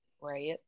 Right